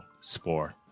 spore